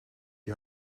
die